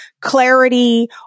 clarity